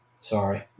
sorry